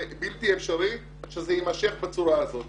זה בלתי אפשרי שזה יימשך בצורה הזאת.